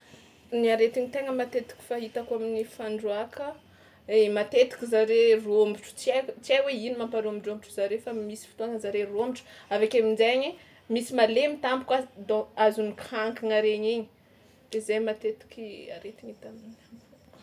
Ny aretina tegna matetiky fahitako amin'ny fandroàka: e matetika zareo rômotro tsy haik- tsy hay hoe ino mamparômotrômotro zareo fa misy fotoana zareo rômotry avy akeo amin-jaigny misy malemy tampoka dô- azon'ny kankagna regny egny, de zay matetiky aretina hita aminy.